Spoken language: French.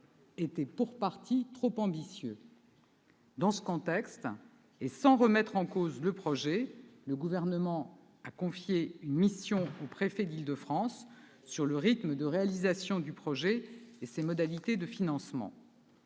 était, pour partie, trop ambitieux. Dans ce contexte, et sans remettre en cause le projet, le Gouvernement a lancé une réflexion, confiée au préfet d'Île-de-France, sur le rythme de réalisation du projet et ses modalités de financement.